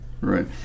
Right